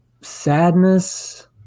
sadness